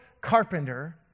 carpenter